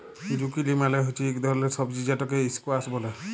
zucchini মালে হচ্যে ইক ধরলের সবজি যেটকে ইসকোয়াস ব্যলে